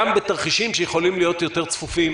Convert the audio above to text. גם בתרחישים יכולים להיות צפופים